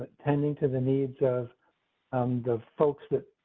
tending to the needs of and the folks that.